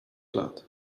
lat